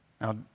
Now